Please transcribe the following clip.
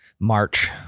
March